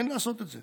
אין לעשות את זה.